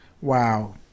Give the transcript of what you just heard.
wow